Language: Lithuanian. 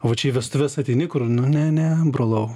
va čia į vestuves ateini kur ne ne brolau